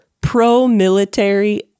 pro-military